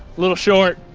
little short.